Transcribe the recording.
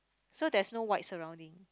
so there's no white surrounding